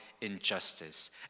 injustice